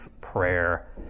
prayer